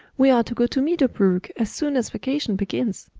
we are to go to meadow brook as soon as vacation begins!